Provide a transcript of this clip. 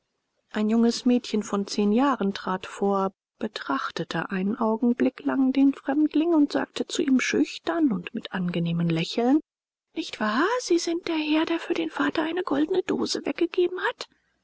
ein junges mädchen von zehn jahren trat vor betrachtete einen augenblick lang den fremdling und sagte zu ihm schüchtern und mit angenehmem lächeln nicht wahr sie sind der herr der für den vater eine goldene dose weggegeben hat